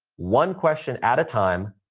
one question at a time,